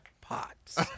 pots